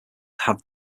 have